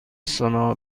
سونا